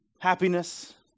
Happiness